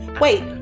Wait